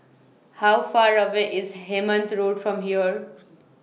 How Far away IS Hemmant Road from here